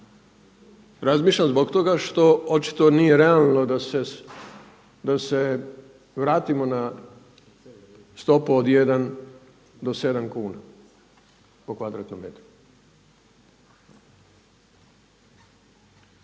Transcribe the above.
Razmišljam zbog toga što očito nije realno da se vratimo na stopu od 1 do 7 kuna po kvadratnom metru.